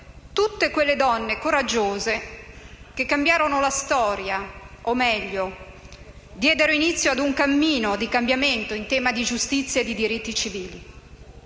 tutte quelle donne coraggiose che cambiarono la storia, o meglio diedero inizio a un cammino di cambiamento in tema di giustizia e di diritti civili.